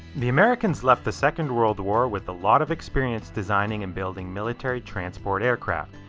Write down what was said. the americans left the second world war with a lot of experience designing and building military transport aircraft.